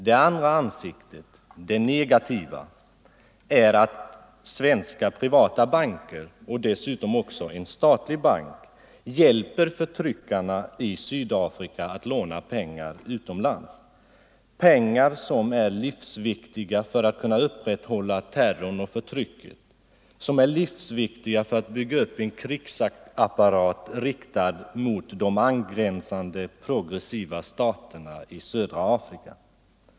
Det andra ansiktet — det negativa — är att svenska privata banker och dessutom en svensk statlig bank hjälper förtryckarna i Sydafrika att låna pengar utomlands, pengar som är livsviktiga för att kunna upprätthålla terrorn och förtrycket, och livsviktiga för att bygga upp en krigsapparat riktad mot de angränsande progressiva staterna i södra Afrika.